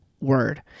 word